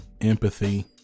empathy